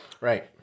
Right